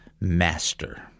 Master